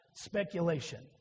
speculation